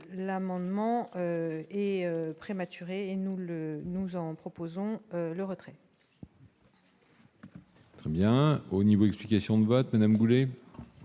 l'amendement est prématurée et nous le nous en proposons le retrait. Très bien au niveau, explications de vote Madame Goulet.